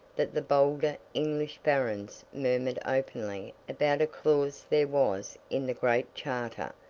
that the bolder english barons murmured openly about a clause there was in the great charter,